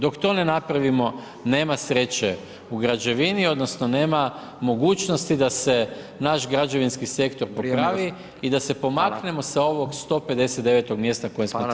Dok to ne napravimo, nema sreće u građevini, odnosno, nema mogućnosti, da se naš građevinski sektor popravi i da se pomaknemo sa ovog 159 mjesta na kojem smo trenutno.